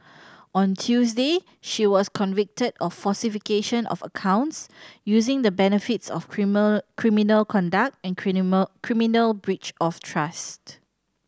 on Tuesday she was convicted of falsification of accounts using the benefits of criminal conduct and criminal breach of trust